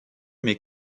mais